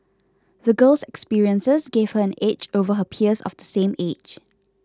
the girl's experiences gave her an edge over her peers of the same age